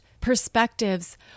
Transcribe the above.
perspectives